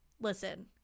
listen